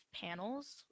panels